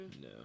No